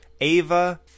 Ava